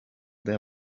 their